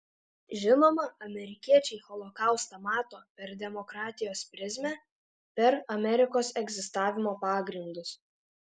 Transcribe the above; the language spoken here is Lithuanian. žinoma amerikiečiai holokaustą mato per demokratijos prizmę per amerikos egzistavimo pagrindus